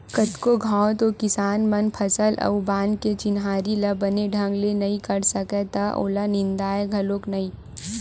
कतको घांव तो किसान मन फसल अउ बन के चिन्हारी ल बने ढंग ले नइ कर सकय त ओला निंदय घलोक नइ